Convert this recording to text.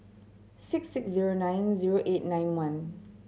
six six zero nine zero eight nine one